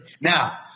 Now